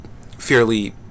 fairly